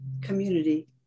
community